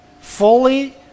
fully